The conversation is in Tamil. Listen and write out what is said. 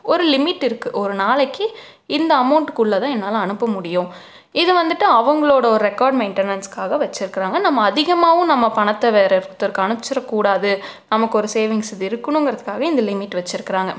ஒரு லிமிட் இருக்கு ஒரு நாளைக்கு இந்த அமோண்ட்டுக்குள்ளே தான் என்னால் அனுப்ப முடியும் இது வந்துவிட்டு அவங்களோட ஒரு ரெக்கார்ட் மெயிண்டனஸ்க்காக வச்சிருக்கறாங்க நம்ம அதிகமாகவும் நம்ம பணத்தை வேறு ஒருத்தருக்கு அனுப்பிச்சிற கூடாது நமக்கு ஒரு சேவிங்ஸ் இது இருக்கணுங்கிறதுக்காகவே இந்த லிமிட் வச்சிருக்கறாங்க